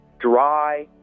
dry